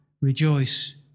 rejoice